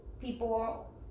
people